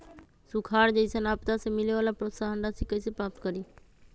सुखार जैसन आपदा से मिले वाला प्रोत्साहन राशि कईसे प्राप्त करी?